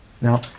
Now